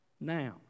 now